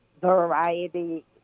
Variety